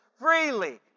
Freely